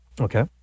Okay